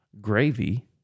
gravy